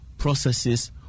Processes